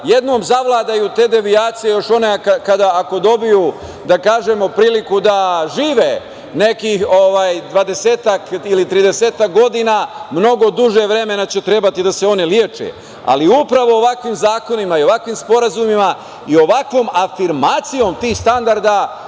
jednom zavladaju te devijacije još one kada dobiju, da kažemo, priliku da žive nekih dvadesetak ili tridesetak godina, mnogo duže vremena će trebati da se one leče, ali upravo ovakvim zakonima i ovakvim sporazumima i ovakvom afirmacijom tih standarda